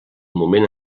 moment